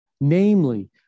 namely